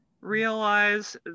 realize